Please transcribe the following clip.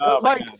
Mike